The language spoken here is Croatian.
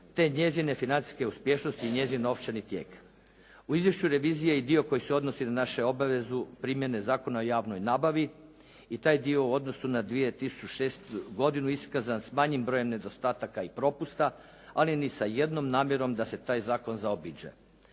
te njezine financijske uspješnosti i njezin novčani tijek. U izvješću revizije je i dio koji se odnosi na našu obavezu primjene Zakona o javnoj nabavi i taj dio u odnosu na 2006. godinu iskazan s manjim brojem nedostataka i propusta, ali ni sa jednom namjerom da se taj zakon zaobiđe.